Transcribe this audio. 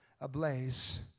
ablaze